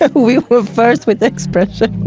we were first with the expression!